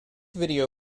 video